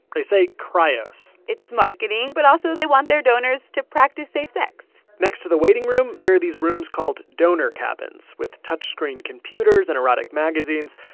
they say cryos it's marketing, but also, they want their donors to practice safe sex next to the waiting room, there are these rooms called donor cabins with touch-screen computers and erotic magazines.